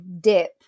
dip